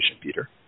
Peter